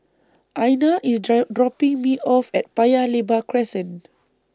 Einar IS dry dropping Me off At Paya Lebar Crescent